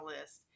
list